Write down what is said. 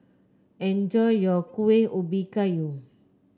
enjoy your Kueh Ubi Kayu